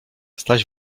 staś